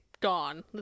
gone